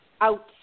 out